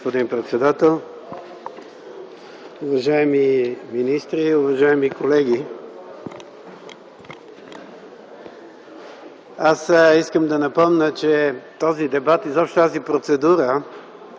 Ви, господин председател. Уважаеми министри, уважаеми колеги! Искам да напомня, че този дебат, изобщо тази процедура